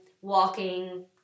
walking